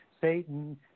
Satan